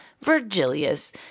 Virgilius